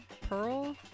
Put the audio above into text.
Pearl